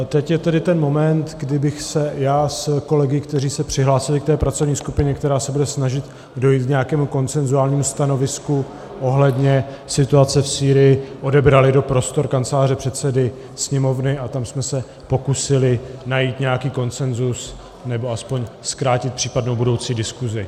Teď je tedy ten moment, kdy bychom se já s kolegy, kteří se přihlásili k té pracovní skupině, která se bude snažit dojít k nějakému konsenzuálnímu stanovisku ohledně situace v Sýrii, odebrali do prostor kanceláře předsedy Sněmovny a tam se pokusili najít nějaký konsenzus, nebo aspoň zkrátit případnou budoucí diskusi.